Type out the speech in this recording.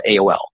AOL